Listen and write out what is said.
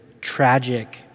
tragic